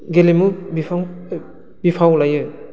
गेलेमु बिफाव लायो